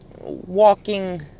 walking